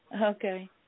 Okay